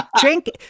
Drink